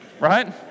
Right